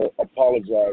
apologize